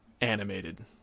animated